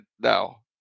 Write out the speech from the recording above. now